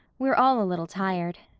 we're all a little tired.